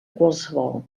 qualsevol